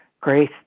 Grace